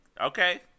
Okay